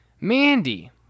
Mandy